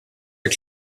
are